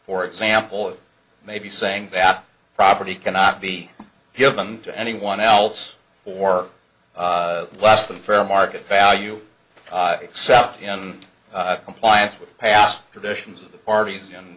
for example it may be saying that property cannot be given to anyone else or blast the fair market value except in compliance with past traditions of the parties and